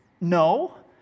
No